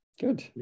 Good